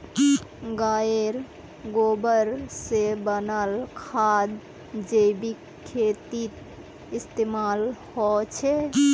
गायेर गोबर से बनाल खाद जैविक खेतीत इस्तेमाल होछे